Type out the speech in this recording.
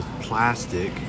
plastic